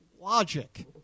logic